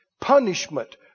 Punishment